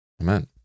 Amen